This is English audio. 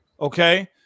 Okay